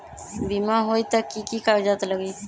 बिमा होई त कि की कागज़ात लगी?